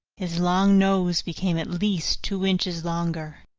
his long nose became at least two inches longer.